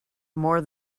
more